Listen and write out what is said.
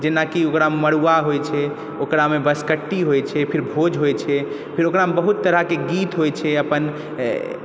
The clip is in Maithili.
जेनाकि ओकरामे मड़ुआ होइ छै ओकरामे बँसकट्टी होइ छै फेर भोज होइ छै फेर ओकरामे बहुत तरहके गीत होइ छै अपन